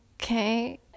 okay